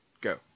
go